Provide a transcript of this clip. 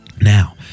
now